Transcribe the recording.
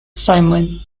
simon